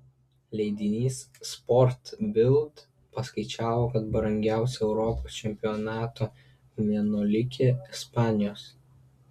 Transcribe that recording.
leidinys sport bild paskaičiavo kad brangiausia europos čempionato vienuolikė ispanijos